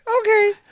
Okay